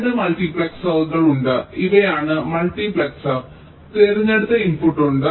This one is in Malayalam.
2 മൾട്ടിപ്ലക്സറുകൾ ഉണ്ട് ഇവയാണ് മൾട്ടിപ്ലക്സർ തിരഞ്ഞെടുത്ത ഇൻപുട്ട് ഉണ്ട്